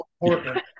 important